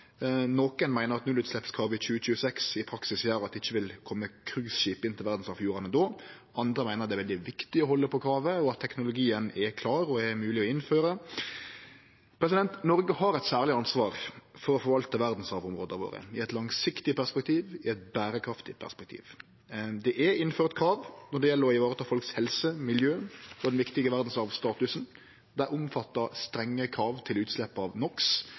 Nokon meiner nullutsleppskravet i 2026 i praksis gjer at det ikkje vil kome cruiseskip inn til verdsarvfjordane då. Andre meiner det er veldig viktig å halde på kravet, og at teknologien er klar og mogleg å innføre. Noreg har eit særleg ansvar for å forvalte verdsarvområda våre – i eit langsiktig perspektiv, i eit berekraftig perspektiv. Det er innført krav når det gjeld å varetake folks helse, miljø og den viktige verdsarvstatusen. Dei omfattar strenge krav til utslepp av